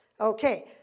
Okay